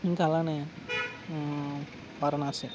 ఇంకా అలానే వారణాసి